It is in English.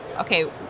okay